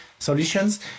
solutions